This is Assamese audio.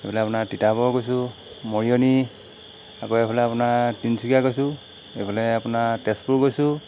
এইফালে আপোনাৰ তিতাবৰ গৈছোঁ মৰিয়নি আকৌ এইফালে আপোনাৰ তিনিচুকীয়া গৈছোঁ এইফালে আপোনাৰ তেজপুৰ গৈছোঁ